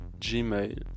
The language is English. gmail